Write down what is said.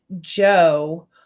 joe